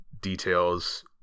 details